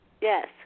Yes